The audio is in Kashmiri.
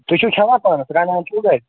تُہۍ چھُو کھٮ۪وان پانس رنان چھُوٕ گرِ